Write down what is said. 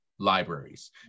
Libraries